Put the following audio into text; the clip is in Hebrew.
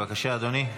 בבקשה, אדוני.